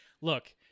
look